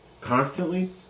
constantly